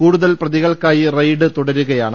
കൂടുതൽ പ്രതികൾക്കായി റെയ്ഡ് തുടരുകയാണ്